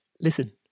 listen